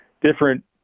different